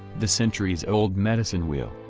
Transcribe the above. the centuries old medicine wheel,